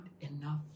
enough